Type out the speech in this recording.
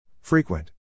Frequent